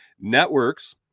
networks